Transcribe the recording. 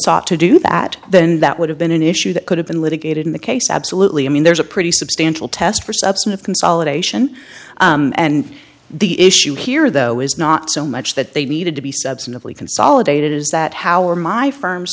sought to do that then that would have been an issue that could have been litigated in the case absolutely i mean there's a pretty substantial test for subset of consolidation and the issue here though is not so much that they needed to be substantively consolidated is that how are my firms